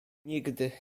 nigdy